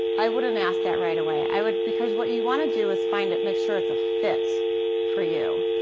i wouldn't ask that right away. i would because what you want to do is find it make sure it's a fit for you.